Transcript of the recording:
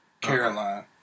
Caroline